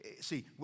See